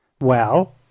Well